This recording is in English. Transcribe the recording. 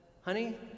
Honey